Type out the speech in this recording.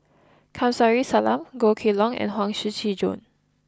Kamsari Salam Goh Kheng Long and Huang Shiqi Joan